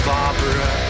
Barbara